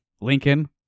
Lincoln